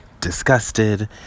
disgusted